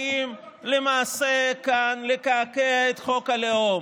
אתם באים כאן למעשה לקעקע את חוק הלאום.